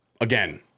Again